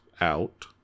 out